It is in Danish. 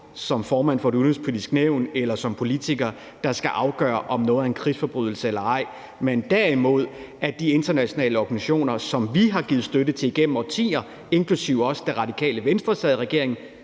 som formand for Det Udenrigspolitiske Nævn eller som politiker, der skal afgøre, om noget er en krigsforbrydelse eller ej, men derimod de internationale organisationer, som vi igennem årtier har givet støtte til, også da Radikale Venstre for nogle